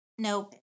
Nope